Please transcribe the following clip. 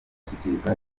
ashyikirizwa